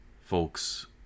folks